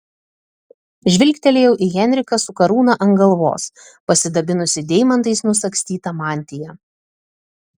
žvilgtelėjau į henriką su karūna ant galvos pasidabinusį deimantais nusagstyta mantija